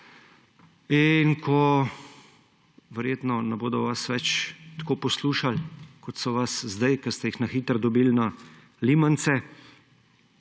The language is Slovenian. in ko verjetno ne bodo vas več tako poslušali kot so vas sedaj, ko ste jih na hitro dobili na limanice,